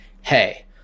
Hey